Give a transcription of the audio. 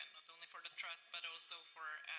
only for the trust, but also for